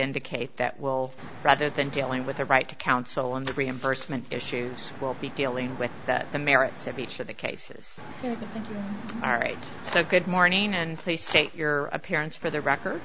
indicate that will rather than dealing with the right to counsel and the reimbursement issues will be dealing with that the merits of each of the cases and all right so good morning and please state your appearance for the record